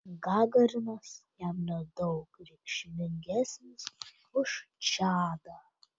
gagarinas jam nedaug reikšmingesnis už čadą